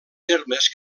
termes